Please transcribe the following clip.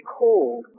cold